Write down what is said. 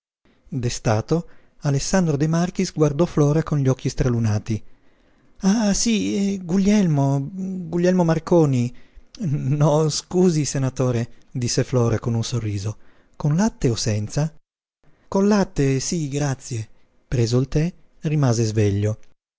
destato alessandro de marchis guardò flora con gli occhi stralunati ah sí guglielmo guglielmo marconi no scusi senatore disse flora con un sorriso col latte o senza col col latte sí grazie preso il tè rimase sveglio